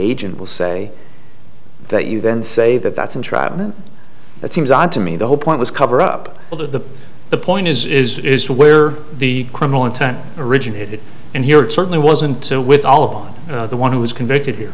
agent will say that you then say that that's entrapment that seems odd to me the whole point was cover up to the point is is is where the criminal intent originated and here to certainly wasn't so with all of the one who was convicted here